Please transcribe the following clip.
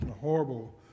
horrible